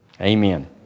Amen